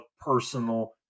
personal